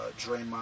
Draymond